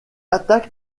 attaque